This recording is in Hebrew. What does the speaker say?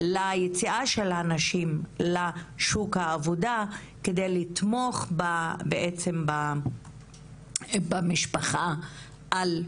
ליציאה של הנשים לשוק העבודה כדי לתמוך בעצם במשפחה על,